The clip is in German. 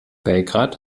belgrad